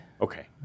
Okay